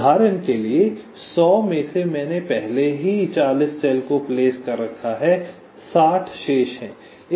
उदाहरण के लिए 100 में से मैंने पहले ही 40 सेल को प्लेस किया है 60 शेष हैं